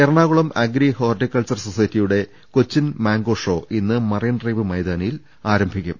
Ernakulam agri horticulture സൊസൈറ്റിയുടെ Cochin mango show ഇന്ന് മറ്റെൻഡ്രൈവ് മൈതാനിയിൽ ആരം ഭിക്കും